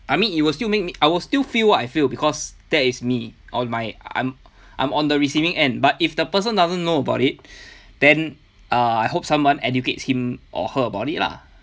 I mean it will still make me I will still feel what I feel because that is me or my I'm I'm on the receiving end but if the person doesn't know about it then uh I hope someone educates him or her about it lah